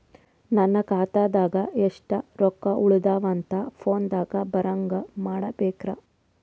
ನನ್ನ ಖಾತಾದಾಗ ಎಷ್ಟ ರೊಕ್ಕ ಉಳದಾವ ಅಂತ ಫೋನ ದಾಗ ಬರಂಗ ಮಾಡ ಬೇಕ್ರಾ?